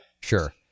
Sure